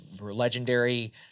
legendary